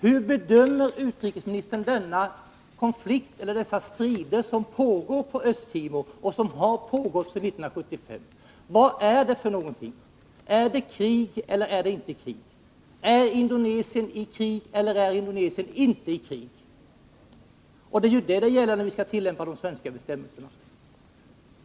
Hur bedömer utrikesministern denna konflikt, dessa strider som pågår på Östtimor och som har pågått sedan 1975? Vad är det för någonting? Är det krig, eller är det inte krig? Är Indonesien i krig eller inte? Det är ju detta som är frågan när vi skall tillämpa de svenska bestämmelserna.